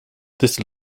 this